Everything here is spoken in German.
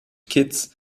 kitts